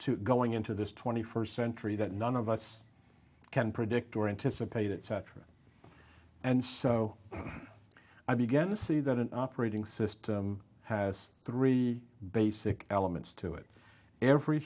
to going into this twenty first century that none of us can predict or anticipate it cetera and so i began to see that an operating system has three basic elements to it every